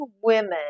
women